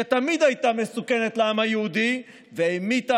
שתמיד הייתה מסוכנת לעם היהודי והמיטה